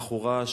עכורה,